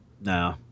No